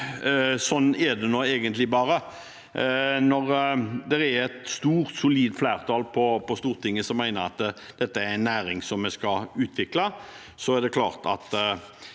Slik er det nå bare. Når det er et stort og solid flertall på Stortinget som mener at dette er en næring vi skal utvikle, er det klart at